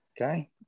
Okay